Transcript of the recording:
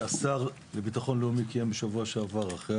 השר לביטחון לאומי קיים בשבוע שעבר אחרי